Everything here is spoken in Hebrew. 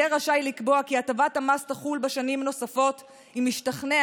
יהיה רשאי לקבוע כי הטבת המס תחול בשנים נוספות אם השתכנע